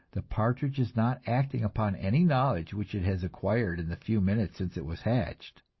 the partridge is not acting upon any knowledge which it has acquired in the few minutes since it was hatched.